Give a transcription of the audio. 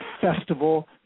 festival